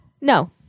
no